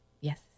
Yes